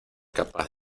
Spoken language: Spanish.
capaz